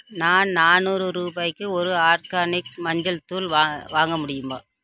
நான் நானூறு ரூபாய்க்கு ஒரு ஆர்கானிக் மஞ்சள் தூள் வா வாங்க முடியுமா